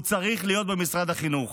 הוא צריך להיות במשרד החינוך.